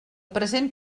present